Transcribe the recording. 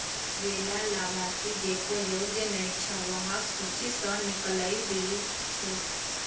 वैला लाभार्थि जेको योग्य नइ छ वहाक सूची स निकलइ दिल छेक